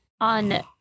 on